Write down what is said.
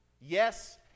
Yes